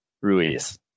Ruiz